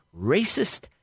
racist